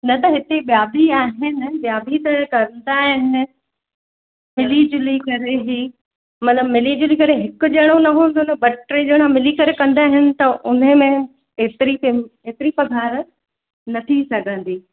न त हिते ॿिया बि आहिनि ॿिया बि त कंदा आहिनि मिली झुली करे थी मतलबु मिली झुली करे हिकु ॼणो न हूंदो न ॿ टे ॼणा मिली करे कंदा हिन त उन में एतिरी एतिरी पघारु न थी सघंदी